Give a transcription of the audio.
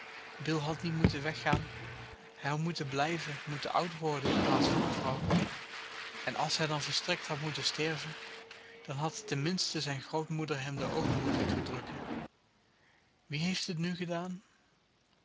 bill had niet moeten weggaan hij had moeten blijven moeten oud worden in plaats van de vrouw en als hij dan volstrekt had moeten sterven dan had ten minste zijn grootmoeder hem de oogen moeten toedrukken wie heeft het nu gedaan